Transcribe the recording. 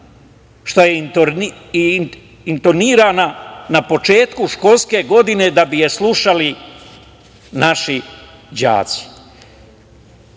što je intonirana na početku školske godine, da bi je slušali naši đaci.